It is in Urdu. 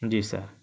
جی سر